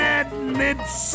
admits